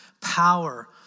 power